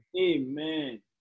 Amen